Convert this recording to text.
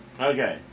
Okay